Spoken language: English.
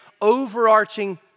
overarching